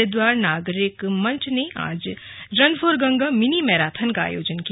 हरिद्वार नागरिक मंच ने आज run for Ganga mini marathon का आयोजन किया